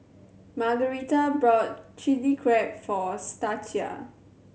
Margarita bought Chili Crab for Stacia